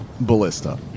ballista